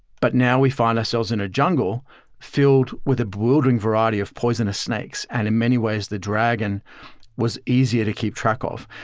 but now we find ourselves in a jungle filled with a brooding variety of poisonous snakes. and in many ways the dragon was easier to keep track off.